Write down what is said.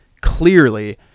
clearly